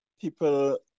people